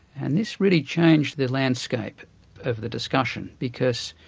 and this really changed the landscape of the discussion, because